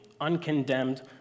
uncondemned